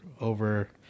over